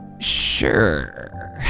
sure